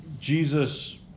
Jesus